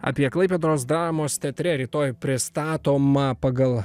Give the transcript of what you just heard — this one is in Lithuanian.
apie klaipėdos dramos teatre rytoj pristatoma pagal